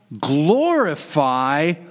glorify